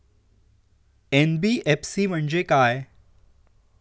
NBFC म्हणजे काय?